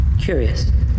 Curious